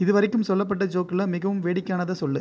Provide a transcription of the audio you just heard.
இதுவரைக்கும் சொல்லப்பட்ட ஜோக்கில் மிகவும் வேடிக்கையானதை சொல்